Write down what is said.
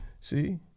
See